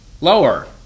Lower